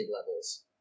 levels